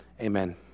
Amen